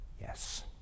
Yes